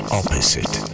opposite